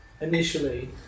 initially